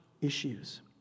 issues